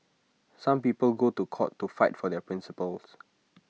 some people go to court to fight for their principles